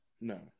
no